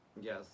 Yes